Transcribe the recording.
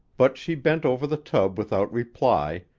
but she bent over the tub without reply,